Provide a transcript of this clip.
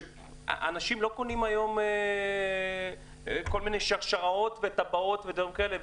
אנשים לא קונים היום שרשראות וטבעות ודברים כאלה.